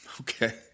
Okay